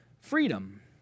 freedom